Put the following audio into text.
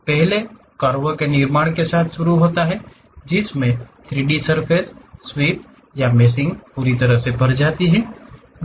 पहले एक कर्व के निर्माण के साथ शुरू होता है जिसमें से 3 डी सर्फ़ेस स्वीप या मेशिंग से पूरी भर जाती है